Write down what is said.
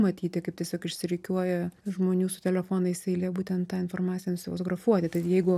matyti kaip tiesiog išsirikiuoja žmonių su telefonais eilė būtent tą informaciją nusifotografuoti tai jeigu